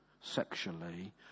sexually